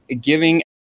giving